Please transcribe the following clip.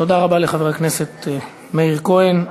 תודה רבה לחבר הכנסת מאיר כהן.